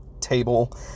table